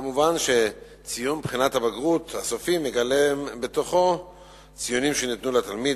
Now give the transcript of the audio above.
מובן שציון בחינת הבגרות הסופי מגלם בתוכו ציונים שניתנו לתלמיד